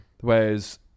Whereas